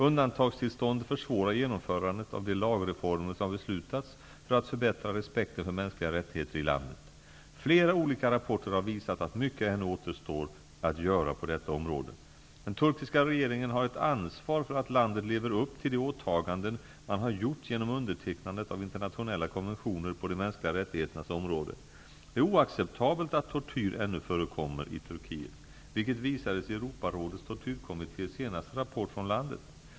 Undantagstillståndet försvårar genomförandet av de lagreformer som har beslutats för att förbättra respekten för mänskliga rättigheter i landet. Flera olika rapporter har visat att mycket ännu återstår att göra på detta område. Den turkiska regeringen har ett ansvar för att landet lever upp till de åtaganden man har gjort genom undertecknandet av internationella konventioner på de mänskliga rättigheternas område. Det är oacceptabelt att tortyr ännu förekommer i Turkiet, vilket visades i Europarådets tortyrkommittés senaste rapport från landet.